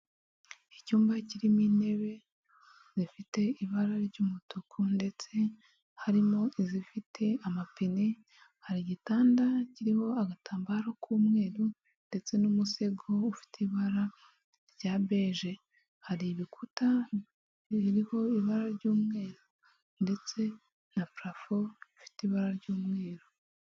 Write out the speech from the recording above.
Icyumba kirimo intebe zifite ibara ry'umutuku, ndetse harimo izifite amapine, hari igitanda kiriho agatambaro k'umweru ndetse n'umusego ufite ibara rya beje, hari ibikuta bibiriho ibara ry'umweru ndetse na parafo ifite ibara ry'umweru.